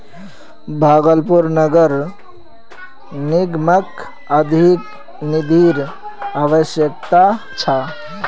भागलपुर नगर निगमक अधिक निधिर अवश्यकता छ